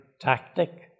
tactic